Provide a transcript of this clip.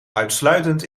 uitsluitend